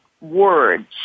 words